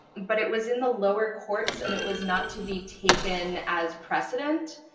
but it was in the lower courts, and it was not to be taken as precedent,